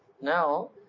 Now